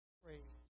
praise